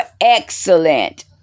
excellent